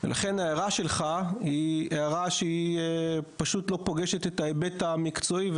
לכן ההערה שלך היא הערה שפשוט לא פוגשת את ההיבט המקצועי.